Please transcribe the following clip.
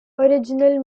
original